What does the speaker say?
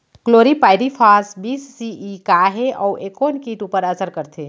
Chlorpyrifos बीस CE का हे अऊ ए कोन किट ऊपर असर करथे?